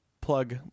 plug